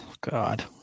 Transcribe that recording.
God